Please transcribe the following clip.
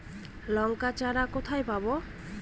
লঙ্কার চারা কোথায় পাবো?